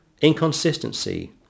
inconsistency